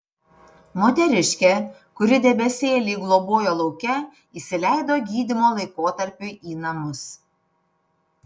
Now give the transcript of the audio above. moteriškė kuri debesėlį globojo lauke įsileido gydymo laikotarpiui į namus